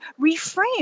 reframe